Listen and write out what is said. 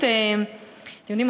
אתם יודעים,